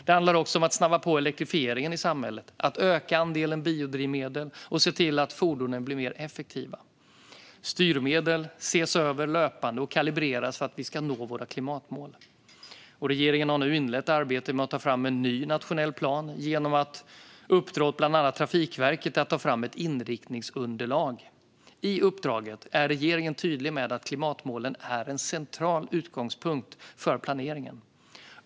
Det handlar också om att snabba på elektrifieringen i samhället, att öka andelen biodrivmedel och att se till att fordonen blir mer effektiva. Styrmedlen ses över löpande och kalibreras för att vi ska nå våra klimatmål. Regeringen har nu inlett arbetet med att ta fram en ny nationell plan genom att uppdra åt bland annat Trafikverket att ta fram ett inriktningsunderlag. I uppdraget är regeringen tydlig med att klimatmålen är en central utgångspunkt för planeringen.